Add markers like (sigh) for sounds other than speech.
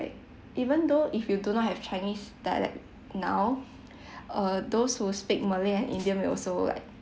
even though if you do not have chinese dialect now (breath) err those who speak malay and indian will also like